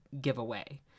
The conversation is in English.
giveaway